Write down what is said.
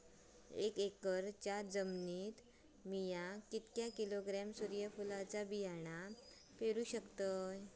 एक एकरच्या जमिनीत मी किती किलोग्रॅम सूर्यफुलचा बियाणा पेरु शकतय?